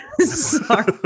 Sorry